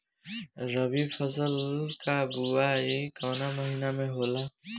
रबी फसल क बुवाई कवना महीना में होला?